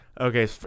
Okay